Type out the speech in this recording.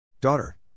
Daughter